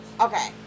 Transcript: Okay